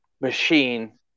machine